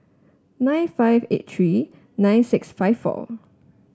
nine five eight three nine six five four